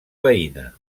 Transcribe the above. veïna